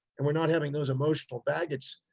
and we're not having those emotional baggage,